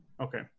Okay